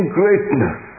greatness